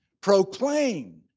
proclaimed